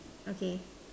okay